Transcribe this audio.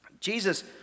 Jesus